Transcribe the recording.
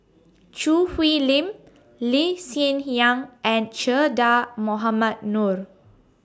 Choo Hwee Lim Lee Hsien Yang and Che Dah Mohamed Noor